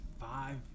five